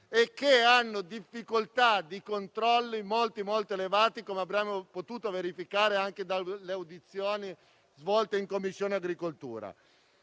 c'è una difficoltà di controllo molto elevata, come abbiamo potuto verificare nelle audizioni svolte in Commissione agricoltura.